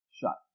shut